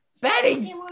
Betty